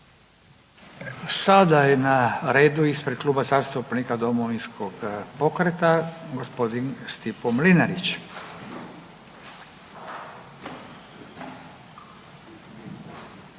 Sada je na redu ispred Kluba zastupnika Domovinskog pokreta, gospodin Stipo Mlinarić.